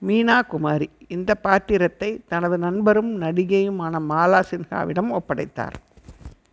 மீனா குமாரி இந்த பாத்திரத்தை தனது நண்பரும் நடிகையுமான மாலா சின்ஹாவிடம் ஒப்படைத்தார்